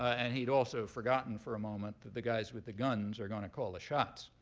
and he'd also forgotten for a moment that the guys with the guns are gonna call the shots.